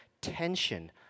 tension